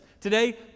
Today